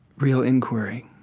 real inquiry.